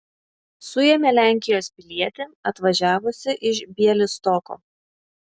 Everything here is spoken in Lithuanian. suėmė lenkijos pilietį atvažiavusį iš bialystoko